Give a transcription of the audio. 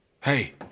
Hey